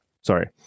sorry